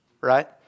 right